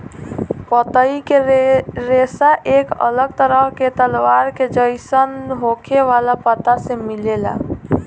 पतई के रेशा एक अलग तरह के तलवार के जइसन होखे वाला पत्ता से मिलेला